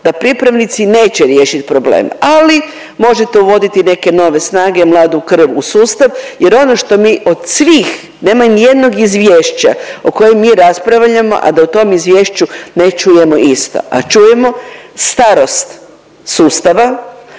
da pripravnici neće riješit problem, ali možete uvoditi neke nove snage, mladu krv u sustav jer ono što mi od svih, nema nijednog izvješća o kojem mi raspravljamo, a da u tom izvješću ne čujemo isto, a čujemo starost sustava,